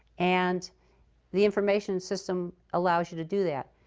and the information system allows you to do that.